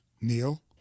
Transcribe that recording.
Neil